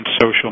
social